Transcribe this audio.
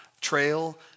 trail